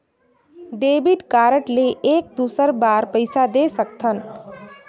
Debit card ले एक दुसर बार पइसा दे सकथन?